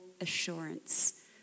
assurance